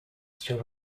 still